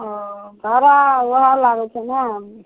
ओ भाड़ा वएह लागै छै ने